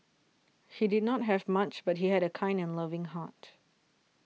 he did not have much but he had a kind and loving heart